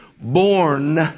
born